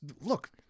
Look